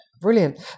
Brilliant